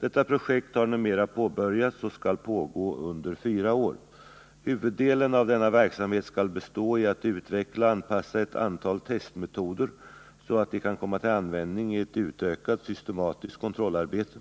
Detta projekt har numera påbörjats och skall pågå under fyra år. Huvuddelen av denna verksamhet skall bestå i att utveckla och anpassa ett antal testmetoder så att de kan komma till användning i ett utökat systematiskt kontrollarbete.